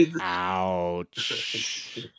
Ouch